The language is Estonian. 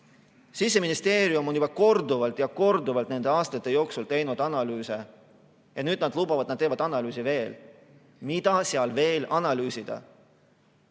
Siseministeerium on juba korduvalt ja korduvalt nende aastate jooksul teinud analüüse, ja nüüd nad lubavad, et teevad veel analüüse. Mida seal veel analüüsida?